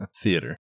Theater